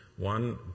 one